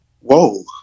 Whoa